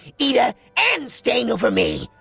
iida, and stain over me.